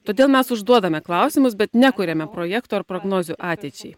todėl mes užduodame klausimus bet nekuriame projektų ar prognozių ateičiai